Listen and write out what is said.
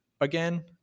again